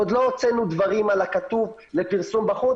עוד לא הוצאנו דברים על הכתוב לפרסום בחוץ,